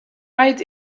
right